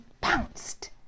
pounced